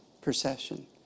Procession